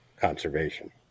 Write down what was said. conservation